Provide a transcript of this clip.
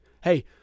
Hey